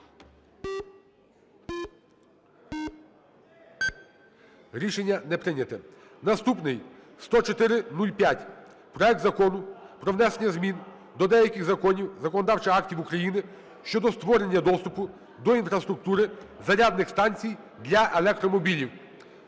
Рішення не прийнято. Наступний. 10405: проект Закону про внесення змін до деяких законодавчих актів України щодо створення доступу до інфраструктури зарядних станцій для електромобілів.